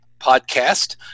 podcast